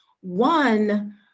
One